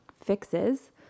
fixes